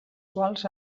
quals